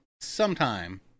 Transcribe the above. sometime